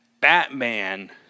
Batman